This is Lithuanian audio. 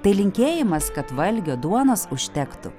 tai linkėjimas kad valgio duonos užtektų